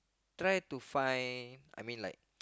try to find I mean like